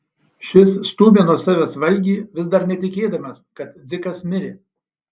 šis stūmė nuo savęs valgį vis dar netikėdamas kad dzikas mirė